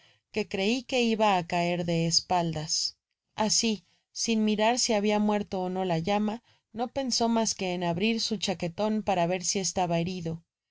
que crei iba á caer de espaldas asi sin mirar si habia muerto ó no la llama no pensó mas que en abrir su chaqueton para ver si estaba herido